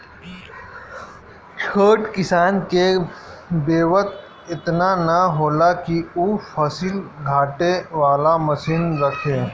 छोट किसान के बेंवत एतना ना होला कि उ फसिल छाँटे वाला मशीन रखे